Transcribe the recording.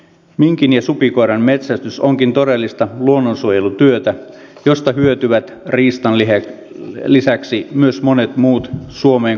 minkin ja supikoiran metsästys onkin todellista luonnonsuojelutyötä josta hyötyvät riistan lisäksi myös monet muut suomeen kuuluvat lajit